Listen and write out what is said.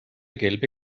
gelbe